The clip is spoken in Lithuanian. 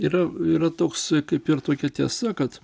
yra yra toks kaip ir tokia tiesa kad